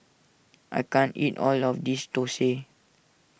I can't eat all of this Thosai